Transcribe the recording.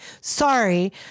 Sorry